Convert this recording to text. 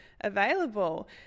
available